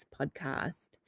podcast